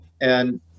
And-